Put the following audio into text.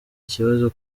ikibazo